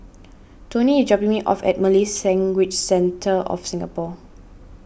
Toni is dropping me off at Malay's Language Centre of Singapore